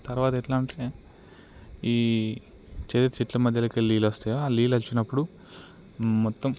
తర్వాత ఎట్లా అంటే ఈ చేర్చట్ల మధ్యలోకి వెళ్ళి నీళ్ళు వస్తాయో ఆ నీళ్ళు వచ్చినప్పుడు మొత్తం